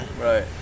Right